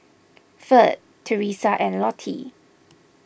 Ferd Teresa and Lottie